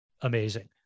amazing